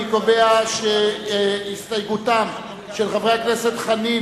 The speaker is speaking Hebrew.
אני קובע שהסתייגותם של חברי הכנסת חנין,